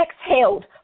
exhaled